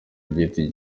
giti